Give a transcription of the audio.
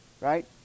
right